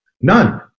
None